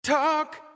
Talk